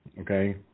okay